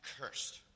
Cursed